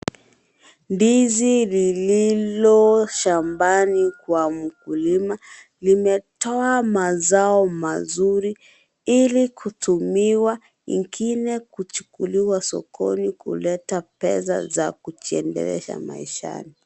Ndizi lililo shambani kwa mkulima limetoa mazao mazuri ili kutumiwa ingine kuchukuliwa sokoni kuleta pesa za kujiendelesha maishani.